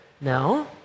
No